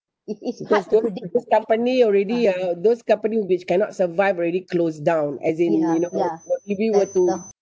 because company already ah those company which cannot survive already closed down as in you know if we were to